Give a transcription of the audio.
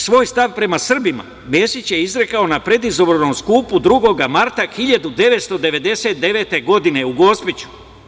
Svoj stav prema Srbima Mesić je izrekao na predizbornom skupu 2. marta 1999. godine u Gospiću.